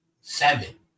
Seven